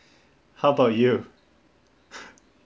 how about you